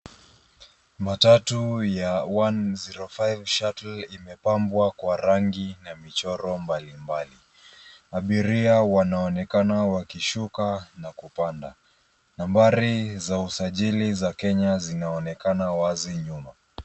Matatu ya, one zero five shuttle, imepambwa kwa rangi na michoro mbalimbali. Abiria wanaonekana wakishuka na kupanda. Nambari za usajili za Kenya zinaonekana wazi nyuma.